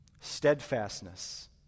steadfastness